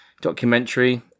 documentary